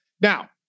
Now